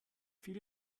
viele